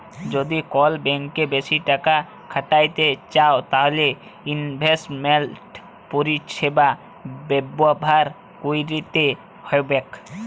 যদি কল ব্যাংকে বেশি টাকা খ্যাটাইতে চাউ তাইলে ইলভেস্টমেল্ট পরিছেবা ব্যাভার ক্যইরতে হ্যবেক